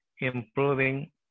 improving